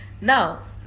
Now